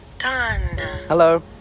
Hello